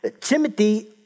Timothy